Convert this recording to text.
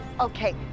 Okay